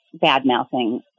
bad-mouthing